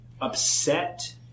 upset